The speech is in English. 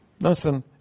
Listen